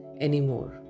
anymore